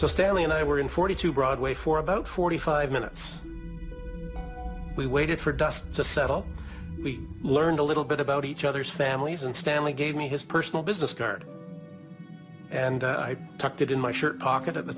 stanley and i were in forty two broadway for about forty five minutes we waited for dust to settle we learned a little bit about each other's families and stanley gave me his personal business card and i tucked it in my shirt pocket at the